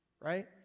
right